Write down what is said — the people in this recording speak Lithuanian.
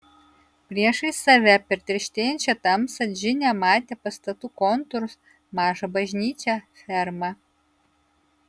priešais save per tirštėjančią tamsą džinė matė pastatų kontūrus mažą bažnyčią fermą